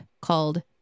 called